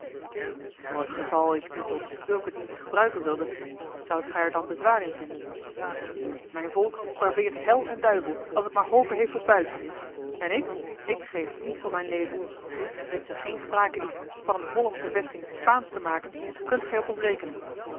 voor t geval ik u tot zulken dienst gebruiken wilde zoudt gij er dan bezwaar in vinden mijn volk braveert hel en duivel als het maar hope heeft op buit en ik ik geef niets om mijn leven mits er geene sprake is van eene hollandsche vesting spaansch te maken kunt gij op ons rekenen